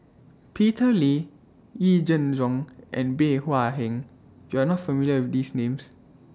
Peter Lee Yee Jenn Jong and Bey Hua Heng YOU Are not familiar with These Names